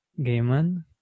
Gaiman